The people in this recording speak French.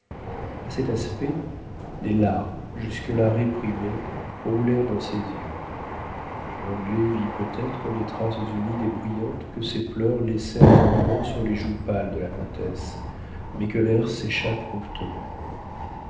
cet aspect des larmes jusque-là réprimées roulèrent dans ses yeux l'anglais vit peut-être les traces humides et brillantes que ces pleurs laissèrent un moment sur les joues pâles de la comtesse mais que l'air sécha promptement